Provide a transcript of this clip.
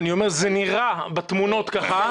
אני אומר שזה נראה בתמונות כך.